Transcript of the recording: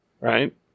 right